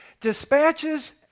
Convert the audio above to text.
dispatches